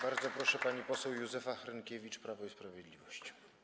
Bardzo proszę, pani poseł Józefa Hrynkiewicz, Prawo i Sprawiedliwość.